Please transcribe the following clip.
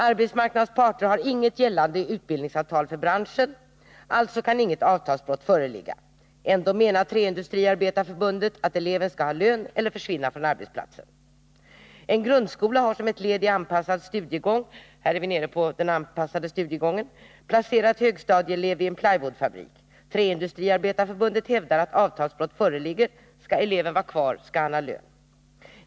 Arbetsmarknadens parter har inget gällande utbildningsavtal för branschen; alltså kan inget avtalsbrott föreligga. Ändå menar Träindustriarbetareförbundet att eleven antingen skall ha lön eller också försvinna från arbetsplatsen. En grundskola har som ett led i anpassad studiegång placerat en högstadieelev vid en plywoodfabrik. Träindustriarbetareförbundet hävdar att avtalsbrott föreligger. Skall eleven vara kvar, skall han ha lön.